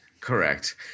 correct